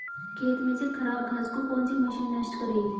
खेत में से खराब घास को कौन सी मशीन नष्ट करेगी?